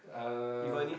uh